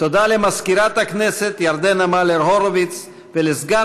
תודה למזכירת הכנסת ירדנה מלר-הורוביץ ולסגן